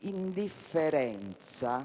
indifferenza